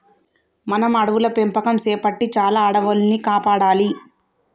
మనం అడవుల పెంపకం సేపట్టి చాలా అడవుల్ని కాపాడాలి